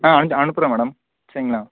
ஆ அ அனுப்புறேன் மேடம் சரிங்களா